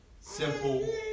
simple